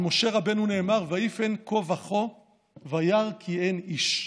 על משה רבנו נאמר: "ויפן כה וכה וירא כי אין איש",